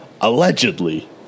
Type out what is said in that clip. Allegedly